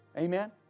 Amen